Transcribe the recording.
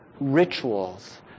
rituals